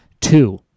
Two